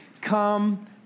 come